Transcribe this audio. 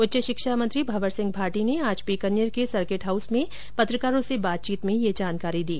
उच्च शिक्षा मंत्री भंवर सिंह भाटी ने आज बीकानेर के सर्किट हाउस में पत्रकारों से बातचीत में यह जानकारी दी